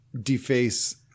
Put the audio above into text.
deface